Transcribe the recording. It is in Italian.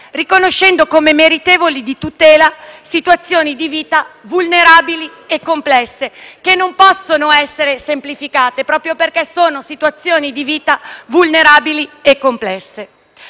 riconoscendo come meritevoli di tutela situazioni di vita vulnerabili e complesse, che non possono essere semplificate proprio perché sono situazioni di vita vulnerabili e complesse.